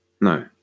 No